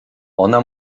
ona